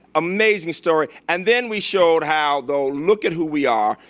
amazing story, and then we showed how though, look at who we are.